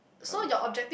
I will float